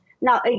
Now